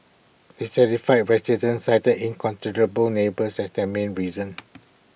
dissatisfied residents cited inconsiderate neighbours as the main reason